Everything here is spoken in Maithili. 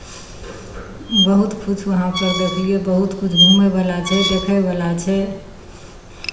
बहुतकिछु वहाँपर देखलियै बहुतकिछु घूमयवला छै देखयवला छै